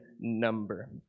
number